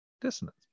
dissonance